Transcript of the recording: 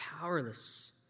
powerless